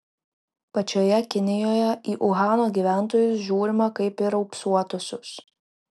pačioje kinijoje į uhano gyventojus žiūrima kaip į raupsuotuosius